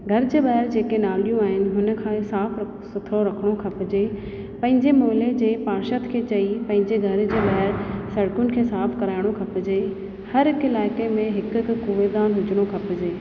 घर जे ॿाहिरि जेके नालियूं आहिनि हुन खे साफ़़ु सथिरो रखिणो खपजे पंहिंजे मौले जे पार्शद खे चई पंहिंजे घर जे ॿाहिरि सड़िकुनि खे साफु कराइणो खपजे हर हिकु इलाइक़े में हिकु हिकु कुड़ेदान हुजिणो खपिजे